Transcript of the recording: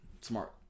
Smart